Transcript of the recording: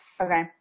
Okay